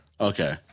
Okay